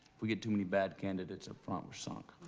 we get too many bad candidates upfront, we're sunk.